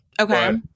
Okay